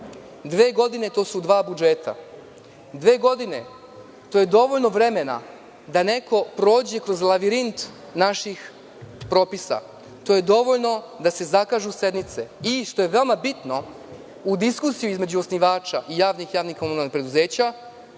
Dve godine, to su dva budžeta. Dve godine, to je dovoljno vremena da neko prođe kroz lavirint naših propisa. To je dovoljno da se zakažu sednice i, što je veoma bitno, da se u diskusiji između osnivača i javnih i javnih komunalnih preduzeća